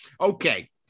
okay